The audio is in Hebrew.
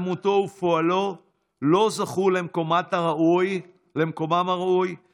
דמותו ופועלו לא זכו למקומם הראוי ואף